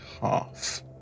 half